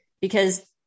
Because-